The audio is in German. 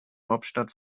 hauptstadt